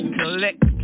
collect